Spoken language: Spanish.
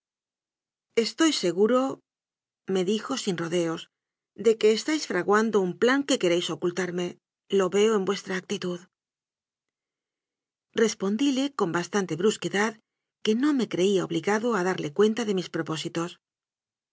causaba estoy segurome dijo sin rodeosde que es táis fraguando un plan que queréis ocultarme lo veo en vuestra actitud respondíle con bastante brusquedad que no me creía obligado a darle cuenta de mis propósitos